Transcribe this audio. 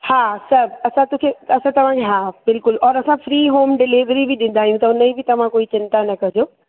हा सभु असां तुखे असां तव्हांखे हा बिल्कुलु और असां फ़्री होम डिलेविरी बि ॾींदा आहियूं त उनजी बि तव्हां कोई चिंता न कजो